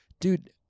dude